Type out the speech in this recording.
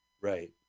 Right